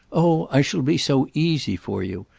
oh i shall be so easy for you!